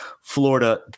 Florida